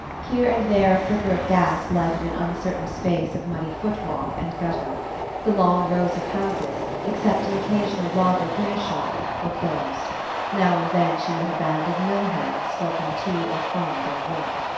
here and there a flicker of gas lighted an uncertain space of muddy footwalk and gutter the long rows of houses, except an occasional lager-bier shop, were closed now and then she met a band of millhands skulking to or from their work.